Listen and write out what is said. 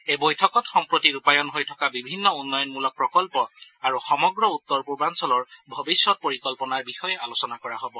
এই বৈঠকত সম্প্ৰতি ৰূপায়ণ হৈ থকা বিভিন্ন উন্নয়নমূলক প্ৰকল্প আৰু সমগ্ৰ উত্তৰ পূৰ্বাঞ্চলৰ ভৱিষ্যৎ পৰিকল্পনাৰ বিষয়ে আলোচনা কৰা হ'ব